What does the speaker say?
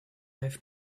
have